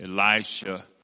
Elisha